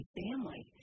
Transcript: family